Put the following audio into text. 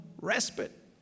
respite